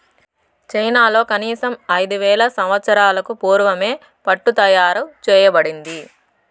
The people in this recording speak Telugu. చైనాలో కనీసం ఐదు వేల సంవత్సరాలకు పూర్వమే పట్టు తయారు చేయబడింది